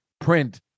print